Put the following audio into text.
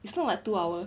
it's not like two hour